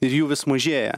ir jų vis mažėja